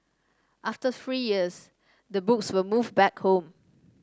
after three years the books were moved back home